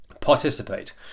participate